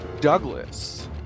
Douglas